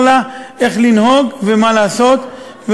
לומר לה איך לנהוג ומה לעשות,